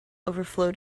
overflowed